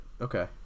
okay